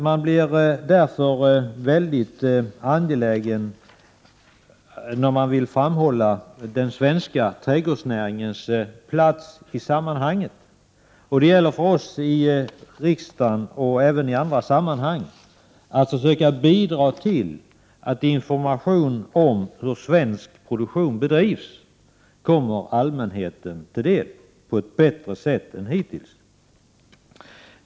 Man blir därför väldigt angelägen att framhålla den svenska trädgårdsnäringens plats i sammanhanget. Det gäller för oss att i riksdagen och även i andra sammanhang försöka bidra till att information om hur svensk produktion bedrivs kommer allmänheten till del på ett bättre sätt än hittills.